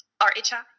R-H-I